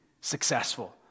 successful